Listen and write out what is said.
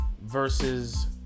versus